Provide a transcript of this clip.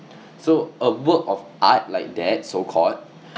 so a work of art like that so called